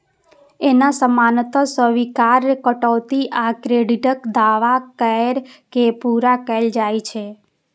एना सामान्यतः स्वीकार्य कटौती आ क्रेडिटक दावा कैर के पूरा कैल जाइ छै